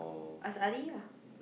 ask Ali lah